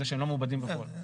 זה שהם לא מעובדים בפועל.